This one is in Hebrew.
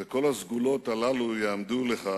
וכל הסגולות האלה יעמדו לך